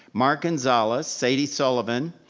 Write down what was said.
mark gonzales, sadie sullivan,